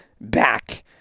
back